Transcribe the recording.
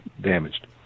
damaged